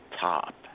top